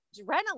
adrenaline